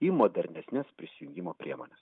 į modernesnes prisijungimo priemones